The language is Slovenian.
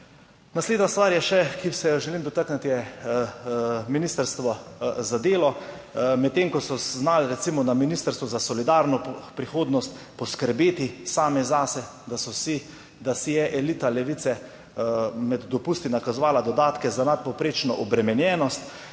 Naslednja stvar, ki se je želim dotakniti, je še Ministrstvo za delo. Medtem ko so znali, recimo na Ministrstvu za solidarno prihodnost, poskrbeti sami zase, da si je elita Levice med dopusti nakazovala dodatke za nadpovprečno obremenjenost,